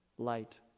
Light